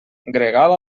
gregal